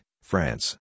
France